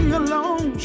alone